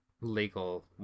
legal